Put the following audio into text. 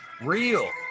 real